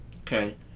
okay